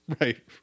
Right